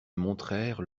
montrèrent